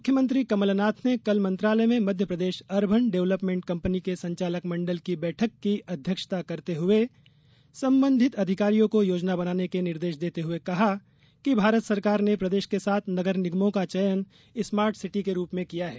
मुख्यमंत्री कमल नाथ ने कल मंत्रालय में मध्यप्रदेश अर्बन डेव्हलपमेंट कंपनी के संचालक मंडल की बैठक की अध्यक्षता करते हुए संबंधित अधिकारियों को योजना बनाने के निर्देश देते हुए कहा कि भारत सरकार ने प्रदेश के सात नगर निगमों का चयन स्मार्ट सिटी के रूप में किया है